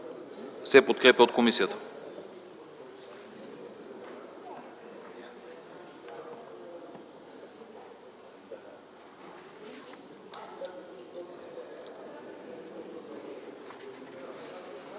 се подкрепя от комисията.